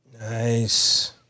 Nice